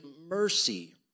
mercy